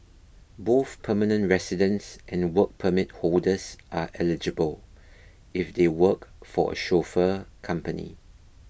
both permanent residents and Work Permit holders are eligible if they work for a chauffeur company